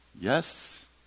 Yes